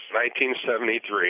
1973